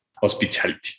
hospitality